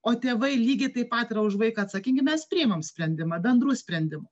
o tėvai lygiai taip pat yra už vaiką atsakingi mes priimam sprendimą bendrų sprendimų